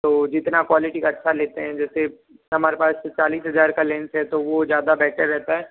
तो जितना क्वालिटी का अच्छा लेते हैं जैसे हमारे पास चालीस हजार का लेंस है तो वो ज़्यादा बेटर रहता है